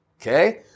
okay